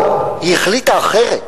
לא, היא החליטה אחרת.